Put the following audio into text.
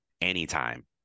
anytime